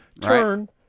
Turn